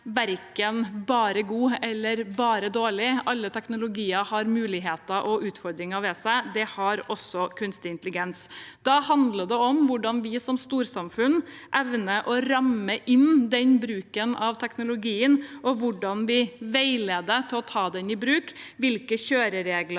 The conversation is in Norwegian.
enten bare god eller bare dårlig. Alle teknologier har muligheter og utfordringer ved seg. Det har også kunstig intelligens. Da handler det om hvordan vi som storsamfunn evner å ramme inn bruken av teknologien, hvordan vi veileder for å ta den i bruk, og hvilke kjøreregler